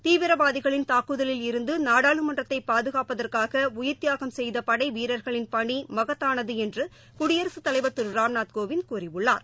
தீவிரவாதிகளின் தாக்குதலில் இருந்துநாடாளுமன்றத்தைபாதுகாப்பதற்காகஉயிர் தியாகம் செய்தபடைவீரர்களின் பணிமகத்தானதுஎன்றுகுடியரசுத் தலைவர் திருராம்நாத் கோவிந்த் கூறியுள்ளார்